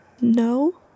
No